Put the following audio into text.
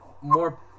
more